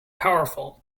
powerful